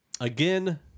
again